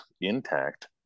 intact